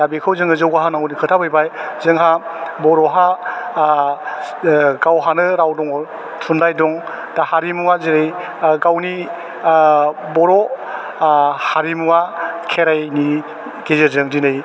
दा बेखौ जोङो जौगाहोनांगौनि खोथा फैबाय जोंहा बर'हा गावहानो राव दङ थुनलाइ दं दा हारिमुआ जों गावनि बर' हारिमुवा खेरायनि गेजेरजों दिनै